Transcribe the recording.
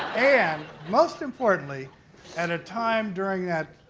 and most importantly at a time during that